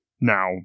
now